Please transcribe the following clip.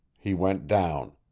he went down.